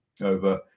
over